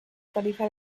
tarifa